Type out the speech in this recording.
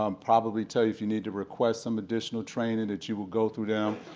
um probably tell if you need to request some additional training that you would go through them,